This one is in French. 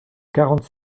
quarante